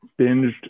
binged